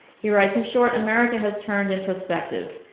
he writes, in short, america has turn introspective.